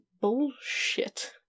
bullshit